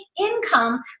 income